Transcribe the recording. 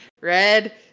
red